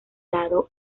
lado